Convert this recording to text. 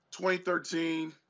2013